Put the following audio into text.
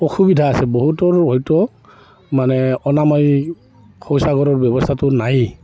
অসুবিধা আছে বহুতৰো হয়তো মানে অনাময় শৌচাগাৰৰ ব্যৱস্থাটো নাই